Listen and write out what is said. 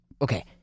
Okay